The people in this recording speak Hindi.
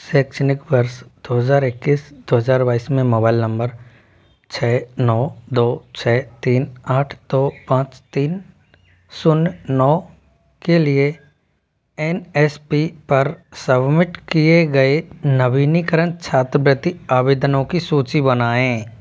शैक्षणिक वर्ष दो हज़ार इक्कीस दो हज़ार बाईस में मोबाइल नम्बर छः नौ दो छः तीन आठ दौ पाँच तीन शून्य नौ के लिए एन एस पी पर सबमिट किए गए नवीनीकरण छात्रवृत्ति आवेदनों की सूची बनाएँ